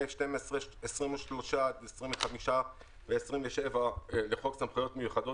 3,12,82 עד 25 ו־27 לחוק סמכויות מיוחדות